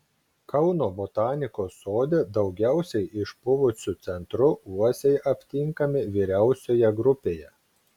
kauno botanikos sode daugiausiai išpuvusiu centru uosiai aptinkami vyriausioje grupėje